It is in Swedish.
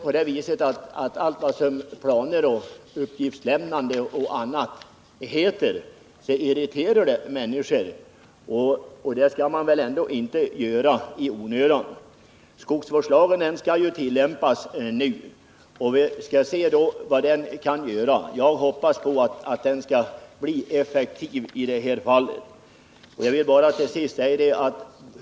Allt vad planer, uppgiftslämnande och sådant heter irriterar människorna, varför man inte i onödan bör belasta dem med sådant. Skogsvårdslagen skall ju nu börja tillämpas och vi får se vad den kan betyda. Jag hoppas att den i detta fall kommer att bli effektiv.